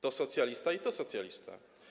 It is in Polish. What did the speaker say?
To socjalista i to socjalista.